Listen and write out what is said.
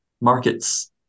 markets